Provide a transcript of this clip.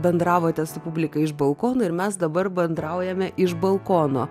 bendravote su publika iš balkono ir mes dabar bandraujame iš balkono